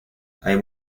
hay